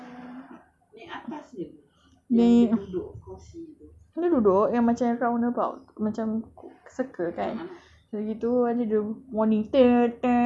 yang dia duduk yang macam yang dekat roundabout circle kan begitu nanti dia warning then naik